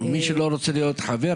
מי שלא רוצה להיות חבר,